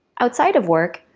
outside of work,